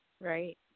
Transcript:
Right